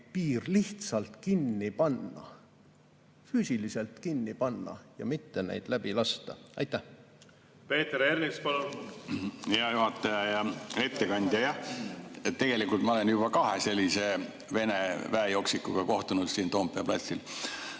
piir lihtsalt kinni panna, füüsiliselt kinni panna ja neid mitte läbi lasta. Peeter Ernits, palun! Hea juhataja! Hea ettekandja! Tegelikult ma olen juba kahe sellise Vene väejooksikuga kohtunud siin Toompea platsil,